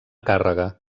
càrrega